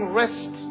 rest